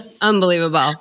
Unbelievable